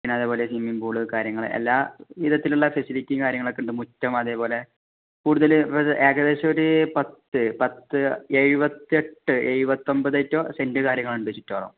പിന്നെ അതേപോലെ swimming pool കാര്യങ്ങൾ എല്ലാ ഇത്തരത്തിലുള്ള ഫെസിലിറ്റിയും കാര്യങ്ങളൊക്കെ ഉണ്ട് മുറ്റം അതേപോലെ കൂടുതൽ ഏകദേശം ഒര് പത്ത് പത്ത് എഴുപത്തി എട്ട് എഴുപത്തി ഒൻപത് ഏറ്റവും സെൻറ്റ് കാര്യങ്ങളുണ്ട് ചുറ്റുവോറം